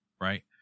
right